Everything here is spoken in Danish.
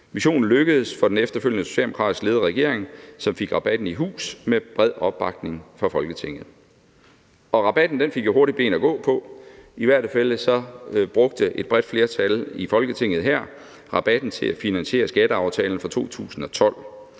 Missionen lykkedes for den efterfølgende socialdemokratisk ledede regering, som fik rabatten i hus med bred opbakning fra Folketinget. Rabatten fik hurtigt ben at gå på, i hvert fald brugte et bredt flertal i Folketinget her rabatten til at finansiere skatteaftalen fra 2012.